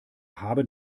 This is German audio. haben